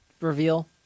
reveal